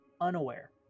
unaware